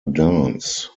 dance